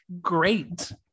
great